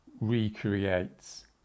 recreates